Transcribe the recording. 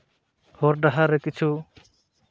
ᱦᱚᱨ ᱰᱟᱦᱟᱨ ᱨᱮ ᱠᱤᱪᱷᱩ